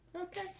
Okay